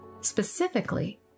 specifically